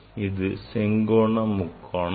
இது செங்கோண முக்கோணம் ஆகும்